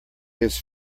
his